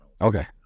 Okay